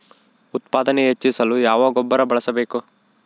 ಉತ್ಪಾದನೆ ಹೆಚ್ಚಿಸಲು ಯಾವ ಗೊಬ್ಬರ ಬಳಸಬೇಕು?